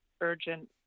urgent